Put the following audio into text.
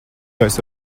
esi